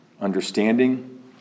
understanding